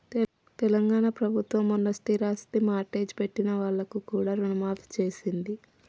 తెలంగాణ ప్రభుత్వం మొన్న స్థిరాస్తి మార్ట్గేజ్ పెట్టిన వాళ్లకు కూడా రుణమాఫీ చేసింది